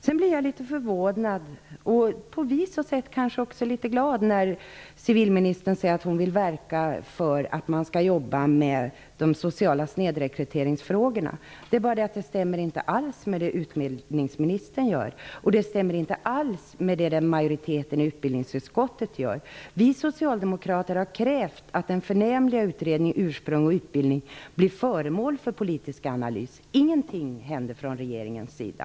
Jag blir litet förvånad och på sätt och vis kanske också litet glad när civilministern säger att hon vill verka för att man skall jobba med frågorna om social snedrekrytering. Det är bara det att det inte alls stämmer med det utbildningsministern gör. Det stämmer inte alls med det majoriteten i utbildsningsutskottet gör. Vi socialdemokrater har krävt att den förnämliga utredningen Ursprung och utbildning skall bli föremål för politisk analys. Det händer ingenting från regeringens sida.